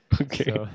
Okay